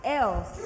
else